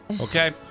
Okay